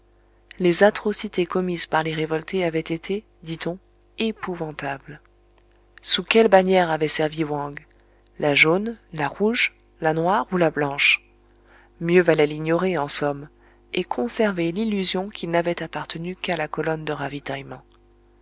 les atrocités commises par les révoltés avaient été dit-on épouvantables sous quelle bannière avait servi wang la jaune la rouge la noire ou la blanche mieux valait l'ignorer en somme et conserver l'illusion qu'il n'avait appartenu qu'à la colonne de ravitaillement